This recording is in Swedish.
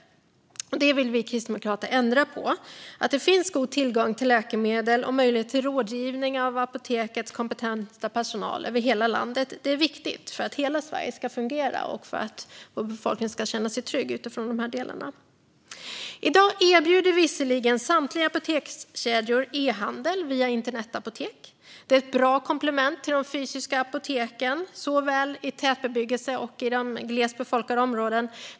Detta vill vi kristdemokrater ändra på. Att det finns god tillgång till läkemedel och möjlighet till rådgivning av apotekens kompetenta personal över hela landet är viktigt för att hela Sverige ska fungera och för att vår befolkning ska känna sig trygg när det gäller dessa delar. I dag erbjuder visserligen samtliga apotekskedjor e-handel via internetapotek. Detta är ett bra komplement till de fysiska apoteken i såväl tätbebyggda som glest befolkade områden.